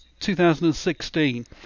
2016